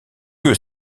que